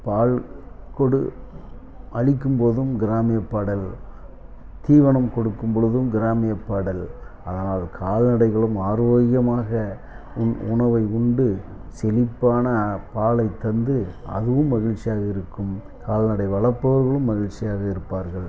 பால் கொடு அளிக்கும் போதும் கிராமிய பாடல் தீவனம் கொடுக்கும் பொழுதும் கிராமிய பாடல் அதனால் கால்நடைகளும் ஆரோக்கியமாக உ உணவை உண்டு செழிப்பான பாலைத் தந்து அதுவும் மகிழ்ச்சியாக இருக்கும் கால்நடை வளர்ப்பவர்களும் மகிழ்ச்சியாக இருப்பார்கள்